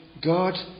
God